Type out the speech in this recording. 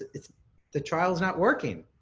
it's the trial is not working.